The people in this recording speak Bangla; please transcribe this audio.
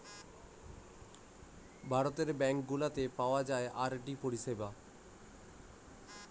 ভারতের ব্যাঙ্ক গুলাতে পাওয়া যায় আর.ডি পরিষেবা